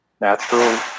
natural